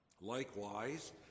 Likewise